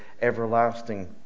everlasting